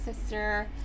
sister